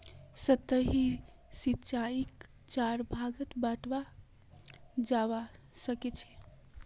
सतही सिंचाईक चार भागत बंटाल जाबा सखछेक